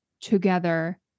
together